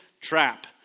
trap